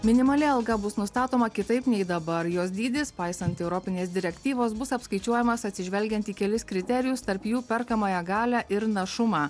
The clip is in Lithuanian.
minimali alga bus nustatoma kitaip nei dabar jos dydis paisant europinės direktyvos bus apskaičiuojamas atsižvelgiant į kelis kriterijus tarp jų perkamąją galią ir našumą